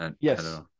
Yes